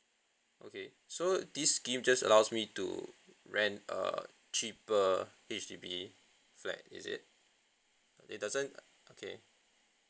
okay so this scheme just allows me to rent a cheaper H_D_B flat is it it doesn't okay